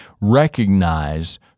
recognize